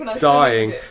dying